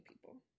people